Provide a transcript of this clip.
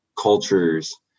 cultures